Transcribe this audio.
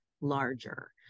larger